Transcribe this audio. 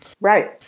Right